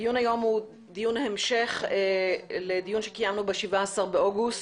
הדיון היום הוא דיון המשך לדיון שקיימנו ב-17 באוגוסט,